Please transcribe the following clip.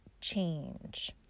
change